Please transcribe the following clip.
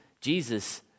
Jesus